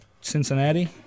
Cincinnati